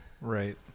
Right